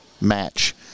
match